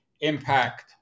impact